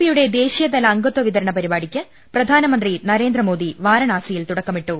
പിയുടെ ദേശീയതല അംഗത്വ വിതരണ പരിപാ ടിക്ക് പ്രധാനമന്ത്രി നരേന്ദ്രമോദി വാരണാസിയിൽ തുട ക്കമിട്ടു